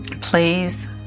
Please